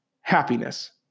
happiness